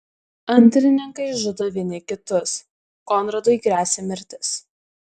antrininkai žudo vieni kitus konradui gresia mirtis